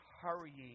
hurrying